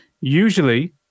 Usually